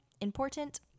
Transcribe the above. important